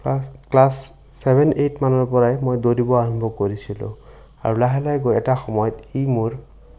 class class seven এইটমানৰ পৰাই মই দৌৰিব আৰম্ভ কৰিছিলোঁ আৰু লাহে লাহে গৈ এটা সময়ত ই মোৰ